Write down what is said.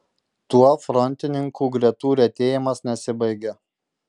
tuo frontininkų gretų retėjimas nesibaigia